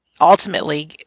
ultimately